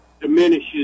diminishes